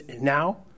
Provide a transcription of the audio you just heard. Now